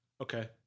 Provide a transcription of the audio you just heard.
Okay